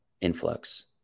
influx